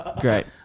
Great